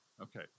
okay